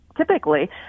typically